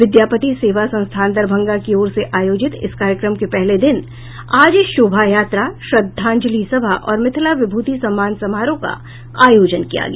विद्यापति सेवा संस्थान दरभंगा की ओर से आयोजित इस कार्यक्रम के पहले दिन आज शोभा यात्रा श्रद्धांजलि सभा और मिथिला विभूति सम्मान समारोह का आयोजन किया गया